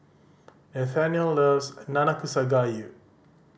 Nathaniel loves Nanakusa Gayu